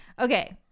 Okay